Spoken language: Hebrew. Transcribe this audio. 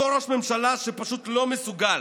אותו ראש ממשלה שפשוט לא מסוגל.